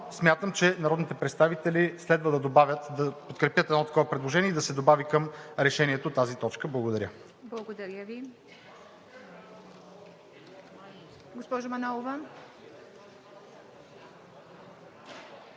смятам, че народните представители следва да подкрепят едно такова предложение и да се добави към решението на тази точка. Благодаря. ПРЕДСЕДАТЕЛ ИВА МИТЕВА: Благодаря Ви. Госпожо Манолова.